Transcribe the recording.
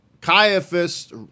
Caiaphas